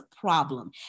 problem